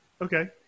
okay